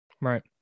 Right